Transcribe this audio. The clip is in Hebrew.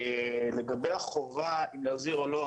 לגבי החובה אם להזהיר או לא,